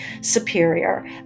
superior